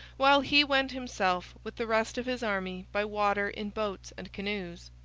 while he went himself, with the rest of his army, by water in boats and canoes.